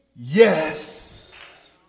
Yes